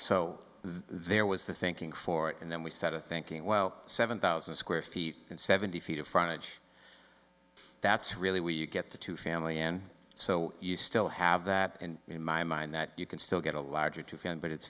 so there was the thinking for it and then we said to thinking well seven thousand square feet and seventy feet of frontage that's really where you get the two family n so you still have that in my mind that you can still get a larger two fan but it's